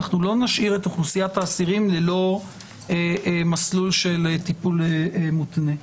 אנחנו לא נשאיר את אוכלוסיית האסירים ללא מסלול של טיפול מותנה.